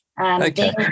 Okay